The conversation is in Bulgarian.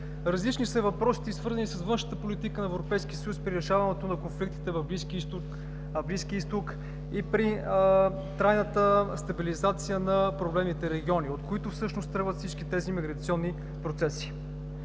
Различни са въпросите, свързани с външната политика на Европейския съюз при решаването на конфликтите в Близкия изток и при трайната стабилизация на проблемните региони, от които всъщност тръгват всички тези миграционни процеси.